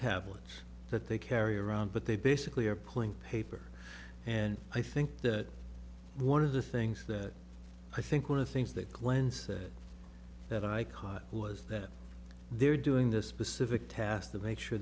tablets that they carry around but they basically are pulling paper and i think that one of the things that i think one of the things that glenn said that i caught was that they're doing this specific task to make sure